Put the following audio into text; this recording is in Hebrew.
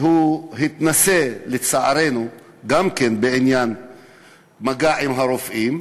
שהתנסה, לצערנו, גם כן, במגע עם רופאים,